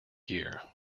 year